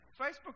Facebook